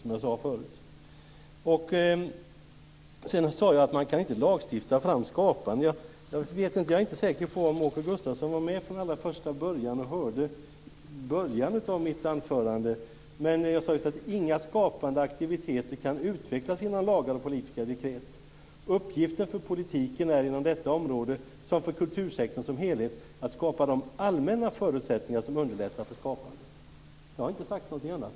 Vidare sade Åke Gustavsson att man inte kan lagstifta fram skapande. Jag är inte säker på att Åke Gustavsson lyssnade på början av mitt anförande, där jag sade att inga skapande aktiviteter kan utvecklas genom lagar och politiska dekret. Uppgiften för politiken är inom detta område liksom för kultursektorn som helhet att skapa de allmänna förutsättningar som underlättar för skapande. Jag har inte sagt någonting annat.